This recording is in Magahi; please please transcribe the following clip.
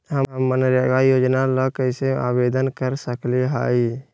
हम मनरेगा योजना ला कैसे आवेदन कर सकली हई?